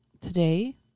Today